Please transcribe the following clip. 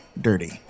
Dirty